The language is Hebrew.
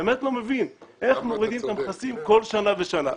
באמת לא מבין איך מורידים את המכסים כל שנה ושנה.